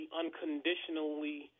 unconditionally